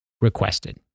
requested